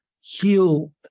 heal